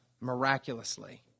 miraculously